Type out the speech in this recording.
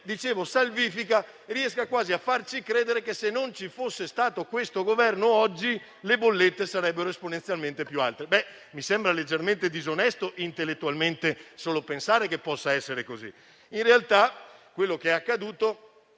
Babbo Natale), riuscendo quasi a farci credere che se non ci fosse stato questo Governo oggi, le bollette sarebbero esponenzialmente più alte. Mi sembra leggermente disonesto intellettualmente il solo pensare che possa essere così. In realtà, quello che è accaduto